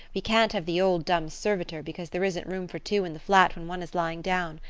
we can't have the old dumb servitor because there isn't room for two in the flat when one is lying down.